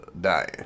dying